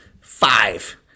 five